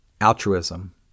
altruism